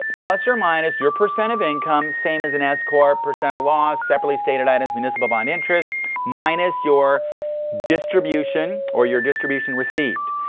plus or minus your percent of income, same as in s corp. percent of loss, separately stated items, municipal bond interest minus your distribution or your distribution received.